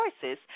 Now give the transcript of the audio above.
choices